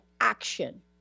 action